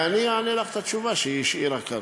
ואני אתן לך את התשובה שהיא השאירה כאן.